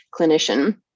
clinician